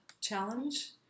Challenge